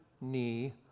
knee